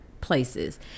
places